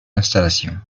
installation